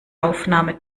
aufnahme